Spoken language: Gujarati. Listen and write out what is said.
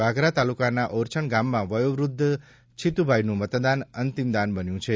વાગરા તાલુકાના ઓરછણ ગામમાં વયોવ્રદ્ધ છીતુભાઇનું મતદાન અંતિમદાન બન્યું છે